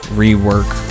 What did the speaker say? rework